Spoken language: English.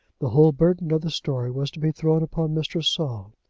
the whole burden of the story was to be thrown upon mr. saul.